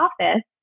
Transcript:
office